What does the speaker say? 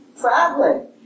traveling